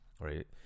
right